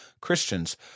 Christians